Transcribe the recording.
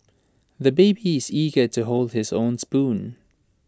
the baby is eager to hold his own spoon